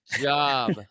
job